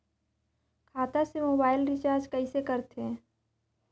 खाता से mobile recharge कइसे करथे